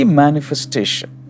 manifestation